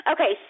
Okay